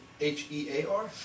H-E-A-R